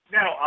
now